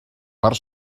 per